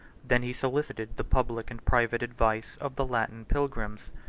than he solicited the public and private advice of the latin pilgrims,